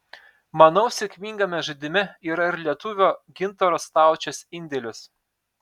manau sėkmingame žaidime yra ir lietuvio gintaro staučės indėlis